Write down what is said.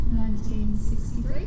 1963